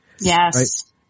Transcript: Yes